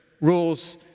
rules